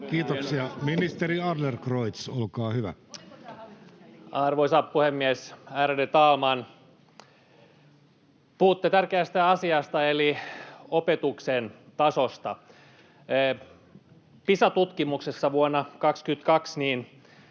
Kiitoksia. — Ministeri Adlercreutz, olkaa hyvä. Arvoisa puhemies, ärade talman! Puhutte tärkeästä asiasta, opetuksen tasosta. Pisa-tutkimuksessa vuonna 22